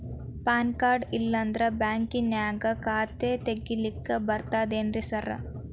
PAN card ಇಲ್ಲಂದ್ರ ಬ್ಯಾಂಕಿನ್ಯಾಗ ಖಾತೆ ತೆಗೆಲಿಕ್ಕಿ ಬರ್ತಾದೇನ್ರಿ ಸಾರ್?